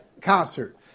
concert